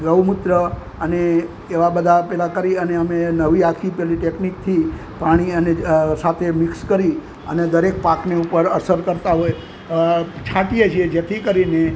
ગૌમૂત્ર અનેએવાં બધાં પેલા કરી અને અમે નવી આખી પેલી ટેકનિકથી પાણી અને સાથે મિક્સ કરી અને દરેક પાકની ઉપર અસર કરતાં હોય છાંટીએ છીએ જેથી કરીને